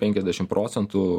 penkiasdešim procentų